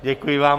Děkuji vám.